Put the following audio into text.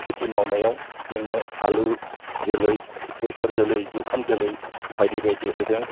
खेथि मावनायाव जोंनो आलु जोलै बेसर जोलै जुखाम जोलै बायदि बायदि होदों